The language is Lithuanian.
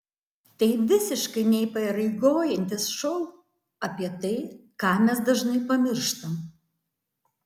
tai visiškai neįpareigojantis šou apie tai ką mes dažnai pamirštam